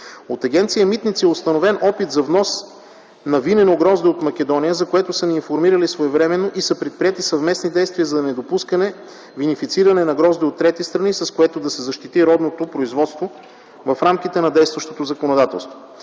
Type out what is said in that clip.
От Агенция „Митници” е установен опит за внос на винено грозде от Македония, за което сме информирани своевременно и са предприети съвместни действия за недопускане бенефициране на грозде от трети страни, с което да се защити родното производство, в рамките на действащото законодателство.